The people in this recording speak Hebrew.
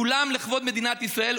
כולם לכבוד מדינת ישראל,